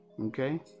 Okay